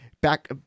back